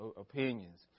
opinions